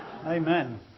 Amen